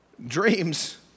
Dreams